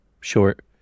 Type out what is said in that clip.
short